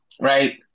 right